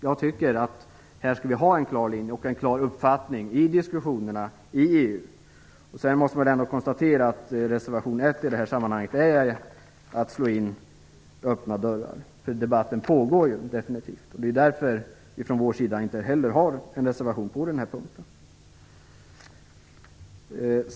Jag tycker att vi måste ha en klar linje och en klar uppfattning i diskussionerna i EU. Man måste ändå konstatera att reservation 1 i det här sammanhanget är att slå in öppna dörrar, för debatten pågår ju definitivt. Det är därför vi från vår sida inte har en reservation på denna punkt.